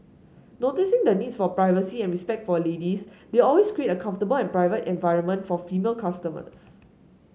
noticing the needs for privacy and respect for ladies they always create a comfortable and private environment for female customers